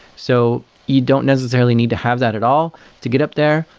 so you don't necessarily need to have that at all to get up there.